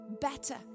better